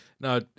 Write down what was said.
Now